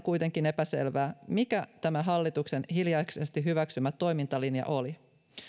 kuitenkin epäselvää mikä tämä hallituksen hiljaisesti hyväksymä toimintalinja oli